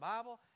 Bible